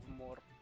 more